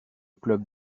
club